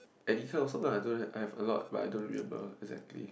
any kind of song lah I don't have I have a lot but I don't remember exactly